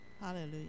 Hallelujah